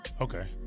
Okay